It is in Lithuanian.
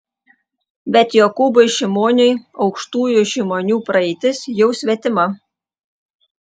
bet jokūbui šimoniui aukštųjų šimonių praeitis jau svetima